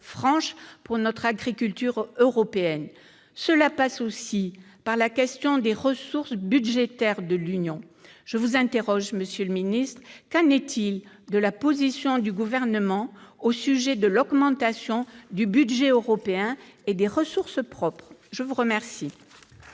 franche pour notre agriculture européenne. Cela passe aussi par la question des ressources budgétaires de l'Union européenne. À cet égard, monsieur le ministre, qu'en est-il de la position du Gouvernement au sujet de l'augmentation du budget européen et des ressources propres ? La parole